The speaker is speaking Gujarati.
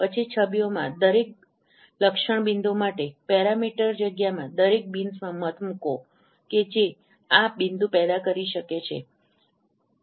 પછી છબીમાંના દરેક લક્ષણ બિંદુ માટે પેરામીટર જગ્યામાં દરેક બીન્સમાં મત મૂકવો કે જે આ બિંદુ પેદા કરી શકે છે